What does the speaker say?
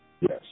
Yes